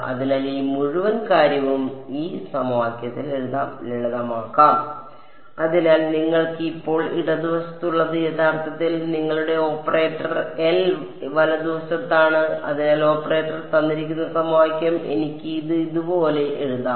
അതിനാൽ ഈ മുഴുവൻ കാര്യവും ലളിതമാക്കാം അതിനാൽ നിങ്ങൾക്ക് ഇപ്പോൾ ഇടതുവശത്തുള്ളത് യഥാർത്ഥത്തിൽ നിങ്ങളുടെ ഓപ്പറേറ്റർ എൽ വലതുവശത്താണ് അതിനാൽ ഓപ്പറേറ്റർ എനിക്ക് ഇത് ഇതുപോലെ എഴുതാം